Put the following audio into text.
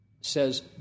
says